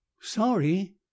sorry